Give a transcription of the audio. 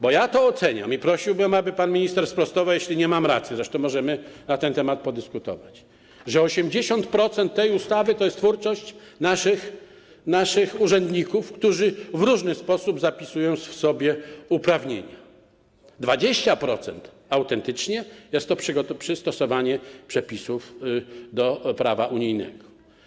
Bo ja oceniam - i prosiłbym, aby pan minister sprostował, jeśli nie mam racji, zresztą możemy na ten temat podyskutować - że 80% tej ustawy to jest twórczość naszych urzędników, którzy w różny sposób przypisują sobie uprawnienia, a 20% jest to autentycznie kwestia przystosowania przepisów do prawa unijnego.